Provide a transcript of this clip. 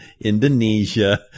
Indonesia